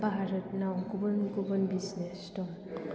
भारतनाव गुबुन गुबुन बिजनेस दं